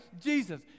Jesus